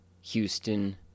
Houston